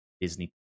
disney